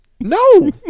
No